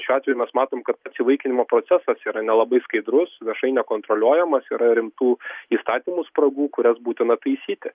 šiuo atveju mes matom kad tas įsivaikinimo procesas yra nelabai skaidrus viešai nekontroliuojamas yra rimtų įstatymų spragų kurias būtina taisyti